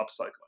upcycling